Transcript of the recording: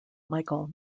michael